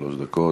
שלוש דקות.